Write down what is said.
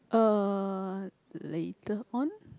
uh later on